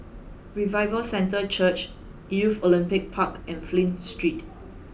Revival Centre Church Youth Olympic Park and Flint Street